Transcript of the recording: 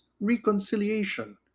reconciliation